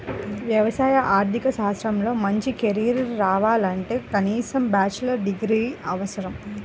వ్యవసాయ ఆర్థిక శాస్త్రంలో మంచి కెరీర్ కావాలంటే కనీసం బ్యాచిలర్ డిగ్రీ అవసరం